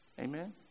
Amen